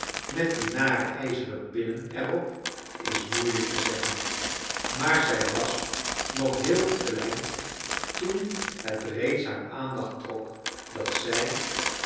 met die nare ijzeren pinnen er op is moeilijk te zeggeu maar zij was nog heel klein toen het reeds haar aandaeht trok dat zij